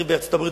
בארצות-הברית,